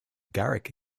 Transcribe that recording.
garrick